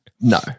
No